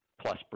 plus